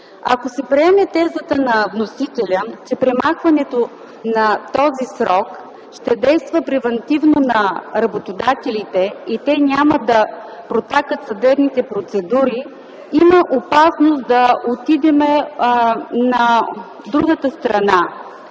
Ако се приеме тезата на вносителя, че премахването на този срок ще действа превантивно на работодателите и те няма да протакат съдебните процедури има опасност да отидем на другата страна,